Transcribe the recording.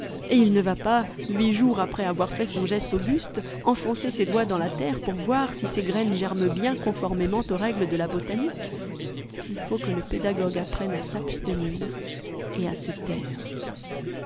et il ne va pas huit jours après avoir fait son geste auguste enfoncer ses doigts dans la terre pour voir si ses g raines germent bien conformément aux règles de la botanique il faut que le pédagogue apprenne à s'abstenir et à se taire